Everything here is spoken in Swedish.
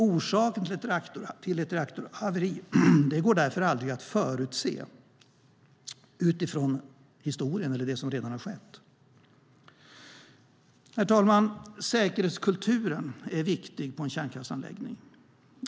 Orsaken till ett reaktorhaveri går därför aldrig att förutse utifrån historien eller det som redan har skett. Herr talman! Säkerhetskulturen är viktig på en kärnkraftsanläggning.